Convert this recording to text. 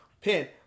Pin